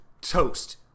toast